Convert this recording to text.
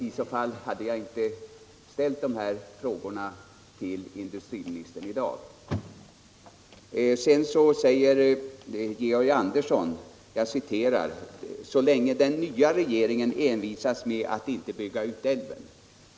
I så fall hade jag inte ställt de här frågorna till industriministern i dag. Georg Andersson säger: Så länge den nya regeringen envisas med att inte bygga ut älven ...